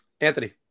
Anthony